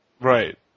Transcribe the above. Right